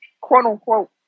quote-unquote